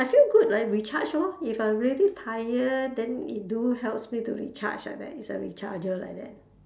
I feel good like recharge lor if I really tired then it do helps me to recharge like that it's a recharger like that